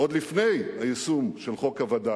עוד לפני היישום של חוק הווד"לים,